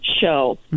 show